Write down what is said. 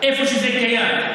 איפה שזה קיים.